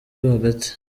hagati